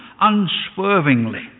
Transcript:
unswervingly